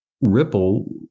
ripple